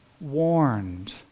warned